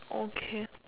okay